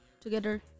together